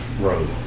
road